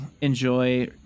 enjoy